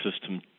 system